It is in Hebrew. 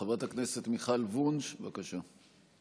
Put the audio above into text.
חברת הכנסת מיכל וונש, בבקשה.